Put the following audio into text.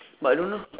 but I don't know